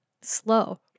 slow